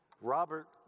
Robert